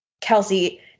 Kelsey